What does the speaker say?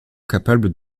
capables